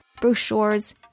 brochures